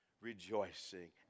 rejoicing